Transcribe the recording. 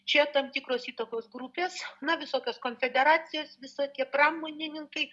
čia tam tikros įtakos grupės na visokios konfederacijos visokie pramonininkai